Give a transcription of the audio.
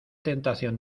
tentación